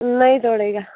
नहीं तोड़ेगा